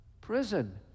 prison